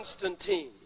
Constantine